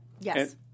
Yes